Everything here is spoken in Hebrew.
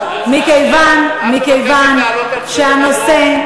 מכיוון שהנושא,